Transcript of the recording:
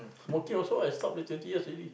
smoking also I stop twenty years already